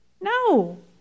No